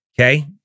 okay